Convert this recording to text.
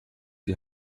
die